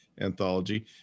anthology